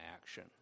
action